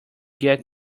get